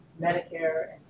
Medicare